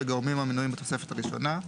לגורמים המנויים בתוספת הראשונה,